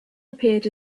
appeared